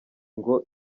ngo